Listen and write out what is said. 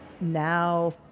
Now